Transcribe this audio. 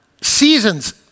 seasons